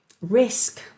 risk